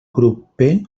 grup